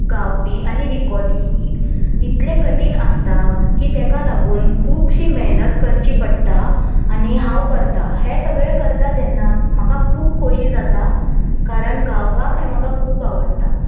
गावपी आनी रिकोटी इतले कठीण आसता की तेका लागून खुबशी मेहनत करची पडटा आनी हांव करता हें सगळें करता तेन्ना म्हाका खूब खोशी जाता कारण गावपाक हें म्हाका खूब आवडटा